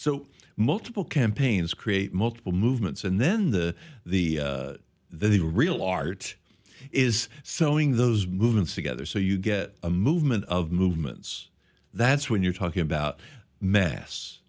so multiple campaigns create multiple movements and then the the the the real art is sowing those movements together so you get a movement of movements that's when you're talking about mass